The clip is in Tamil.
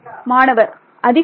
மாணவர் அதிகரிக்கும்